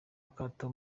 akato